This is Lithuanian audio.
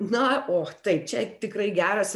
na o tai čia tikrai geras